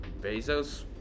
Bezos